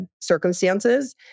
circumstances